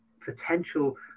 potential